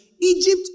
Egypt